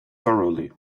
thoroughly